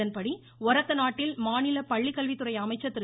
இதன்படி இரத்தநாட்டில் மாநில பள்ளிக்கல்வித்துறை அமைச்சர் திரு